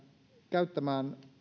käyttämään